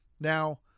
Now